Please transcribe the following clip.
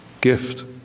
gift